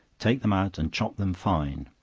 take them out and chop them fine,